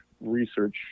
research